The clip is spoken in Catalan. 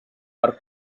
per